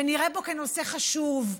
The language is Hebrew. ונראה בו נושא חשוב,